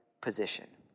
position